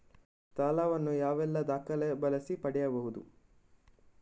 ಸಾಲ ವನ್ನು ಯಾವೆಲ್ಲ ದಾಖಲೆ ಬಳಸಿ ಪಡೆಯಬಹುದು?